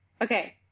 Okay